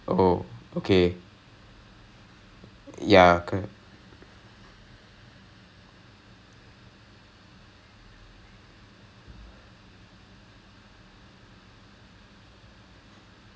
user interface lah basically what you look at lah உன்:un screen lah ah screen லே என்ன தெரியுது அது அது:le enna theriyuthu athu athu design பண்றது:pandrathu program பண்றது வந்து:pandrathu vanthu is a separate field போல இருக்கு:pola irukku I didn't know about this until a few weeks ago